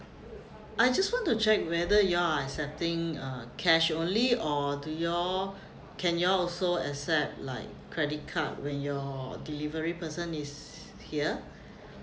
I just want to check whether you all are accepting uh cash only or do you all can you all also accept like credit card when your delivery person is here